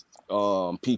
people